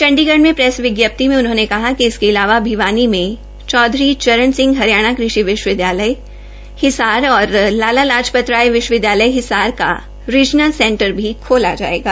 चंडीगढ़ में प्रेस विज्ञप्ति में उन्होंने कहा कि इसके अलावा भिवानी में चौधरी चरण सिंह हरियाणा कृषि विश्वविदयालय हिसार तथा लाला लाजपतराय विश्वविदयालयहिसार का रिजनल सैंटर भी खोला जाएगा